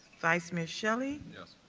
vice mayor shelley. yes.